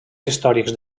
històrics